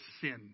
sin